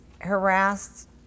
harassed